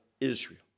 Israel